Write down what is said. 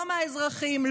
לא מהאזרחים,